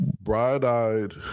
bright-eyed